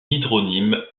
hydronyme